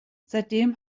seitdem